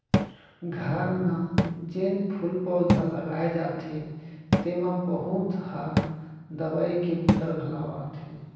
घर म जेन फूल पउधा लगाए जाथे तेमा बहुत ह दवई के बूता घलौ आथे